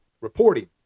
reporting